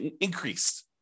increased